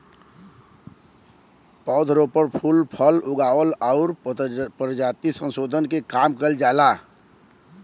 पौध रोपण, फूल फल उगावल आउर परजाति संसोधन के काम करल जाला